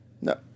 No